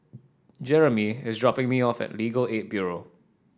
Jeremey is dropping me off at Legal Aid Bureau